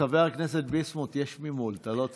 חבר הכנסת ביסמוט, יש ממול, אתה לא צריך.